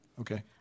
Okay